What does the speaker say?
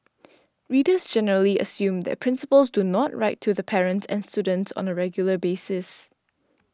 readers generally assume that principals do not write to the parents and students on a regular basis